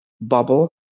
bubble